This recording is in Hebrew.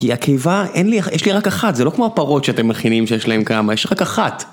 כי הקיבה, אין לי, יש לי רק אחת, זה לא כמו הפרות שאתם מכינים שיש להן כמה, יש לך רק אחת.